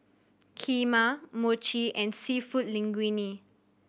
Kheema Mochi and Seafood Linguine